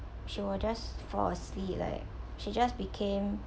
she will just fall asleep like she just became